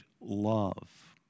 love